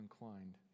inclined